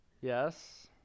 Yes